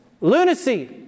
lunacy